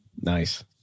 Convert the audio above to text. Nice